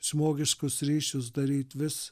žmogiškus ryšius daryt vis